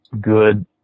good